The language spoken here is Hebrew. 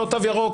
לא תו ירוק,